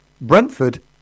Brentford